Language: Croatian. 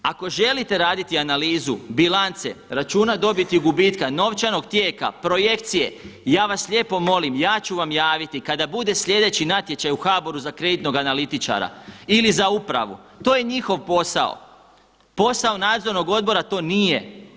Ako želite raditi analizu bilance, računa dobiti gubitka, novčanog tijeka, projekcije, ja vas lijepo molim, ja ću vam javiti kada bude sljedeći natječaj u HBOR-u za kreditnog analitičara ili za upravu, to je njihov posao, posao nadzornog odbora to nije.